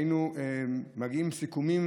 היינו מגיעים לסיכומים